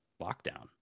lockdown